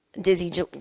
Dizzy